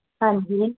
ਹਾਂਜੀ